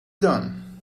done